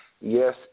Yes